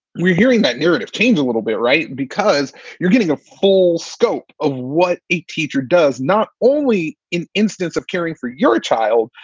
we're hearing that narrative change a little bit. right. because you're getting a whole scope of what a teacher does, not only an instance of caring for your child,